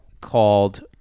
called